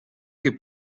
che